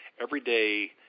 everyday